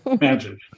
magic